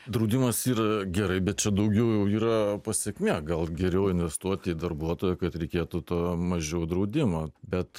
draudimas yra gerai bet čia daugiau yra pasekmė gal geriau investuot į darbuotoją kad reikėtų tuo mažiau draudimo bet